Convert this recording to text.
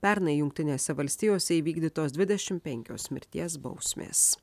pernai jungtinėse valstijose įvykdytos dvidešimt penkios mirties bausmės